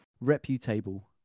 reputable